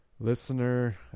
listener